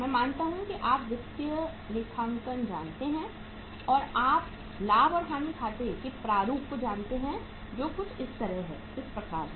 मैं मानता हूं कि आप वित्तीय लेखांकन जानते हैं और आप लाभ और हानि खाते के प्रारूप को जानते हैं जो कुछ इस प्रकार है